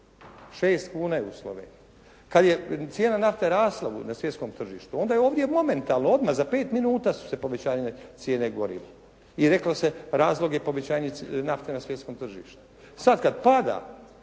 6 kuna je u Sloveniji. Kad je cijena nafte rasla na svjetskom tržištu onda je ovdje momentalno odmah za pet minuta su se povećavale cijene goriva. I reklo se razlog je povećanje cijene nafte na svjetskom tržištu. Sad kad pada,